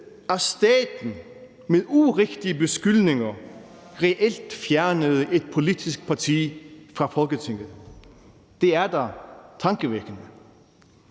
at staten med urigtige beskyldninger reelt fjernede et politisk parti fra Folketinget. Det er da tankevækkende.